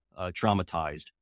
traumatized